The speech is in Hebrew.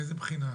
מאיזו בחינה?